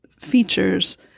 features